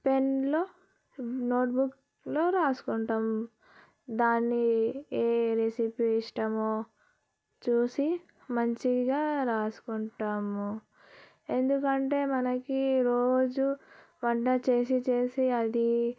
పెన్లో note బుక్లో రాసుకుంటాం దాన్ని ఏ రెసిపీ ఇష్టమో చూసి మంచిగా రాసుకుంటాము ఎందుకంటే మనకి రోజు వంట చేసి చేసి అది